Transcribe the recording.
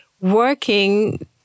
working